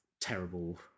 terrible